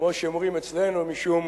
כמו שאומרים אצלנו, משום